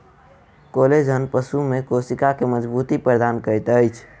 collagen पशु में कोशिका के मज़बूती प्रदान करैत अछि